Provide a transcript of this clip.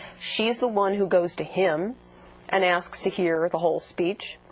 she is the one who goes to him and asks to hear the whole speech.